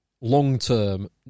Long-term